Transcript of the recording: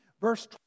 verse